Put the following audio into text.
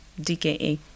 DKA